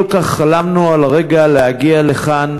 כל כך חלמנו על הרגע שנגיע לכאן.